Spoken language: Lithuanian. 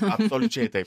absoliučiai taip